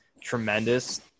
tremendous